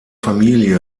familie